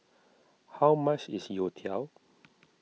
how much is Youtiao